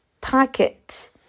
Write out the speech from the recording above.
packet